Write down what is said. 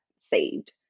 saved